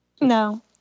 No